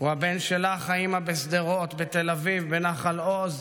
האימא בשדרות, בתל אביב, בנחל עוז.